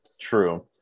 True